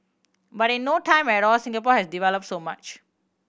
but in no time at all Singapore has develop so much